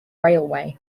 railway